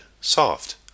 soft